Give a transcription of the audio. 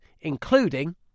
including